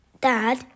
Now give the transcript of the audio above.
Dad